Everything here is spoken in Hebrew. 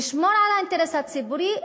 לשמור על האינטרס הציבורי,